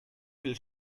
viel